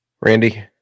Randy